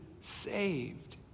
saved